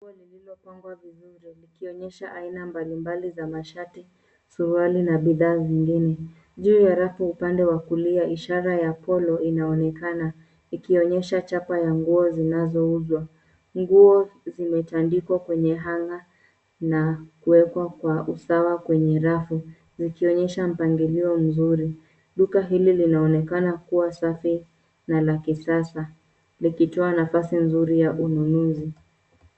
Nguo zilizopangwa vizuri zikionyesha aina mbalimbali za mashati, suruali na bidhaa zingine. Juu ya rafu upande wakulia, ishara ya polo inaonekana likionyesha chapa ya nguo zinazouzwa. Nguo zimetandikwa kwenye hanga na kuekwa kwa usawa kwenye rafu, likionyesha mpangilio mzuri. Duka hili linaonekana kuwa safi na la kisasa likitoa nafasi nzuri ya ununuzi.